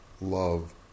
love